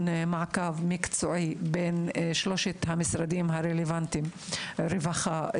מעקב מקצועי בין שלושת המשרדים הרלוונטיים: רווחה,